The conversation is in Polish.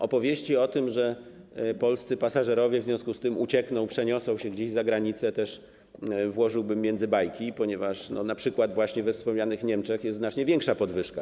Opowieści o tym, że polscy pasażerowie w związku z tym uciekną i przeniosą się gdzieś za granicę, też włożyłbym między bajki, ponieważ np. właśnie we wspomnianych Niemczech jest znacznie większa podwyżka.